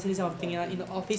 pantang 对对对